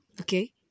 okay